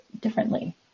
differently